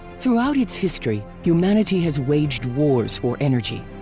throughout its history, humanity has waged wars for energy.